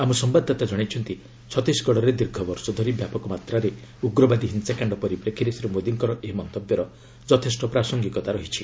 ଆମ ସମ୍ଭାଦଦାତା ଜଣାଇଛନ୍ତି ଛତିଶଗଡରେ ଦୀର୍ଘବର୍ଷ ଧରି ବ୍ୟାପକ ମାତ୍ରାରେ ଉଗ୍ରବାଦୀ ହିଂସାକାଣ୍ଡ ପରିପ୍ରେକ୍ଷୀରେ ଶ୍ରୀମୋଦିଙ୍କର ଏହି ମନ୍ତବ୍ୟର ଯଥେଷ୍ଟ ପ୍ରାସଙ୍ଗିକତା ରହିଛି